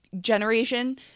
generation